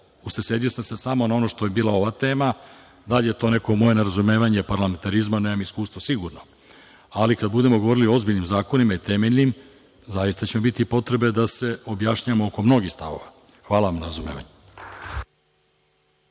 Usredsredio sam se samo na ono što je bila ova tema. Da li je to neko moje nerazumevanje parlamentarizma, nemam iskustva sigurno, ali kada budemo govorili o ozbiljnim zakonima i temeljnim, zaista će biti potrebe da se objašnjavamo oko mnogih stavova. Hvala na razumevanju.